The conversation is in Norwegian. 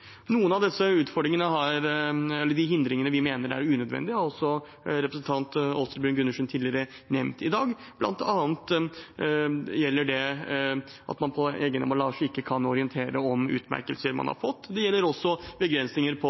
Noen av hindringene vi mener er unødvendige, har representanten Åshild Bruun-Gundersen nevnt tidligere i dag. Det gjelder bl.a. at man på egen emballasje ikke kan orientere om utmerkelser man har fått, og det gjelder også begrensninger på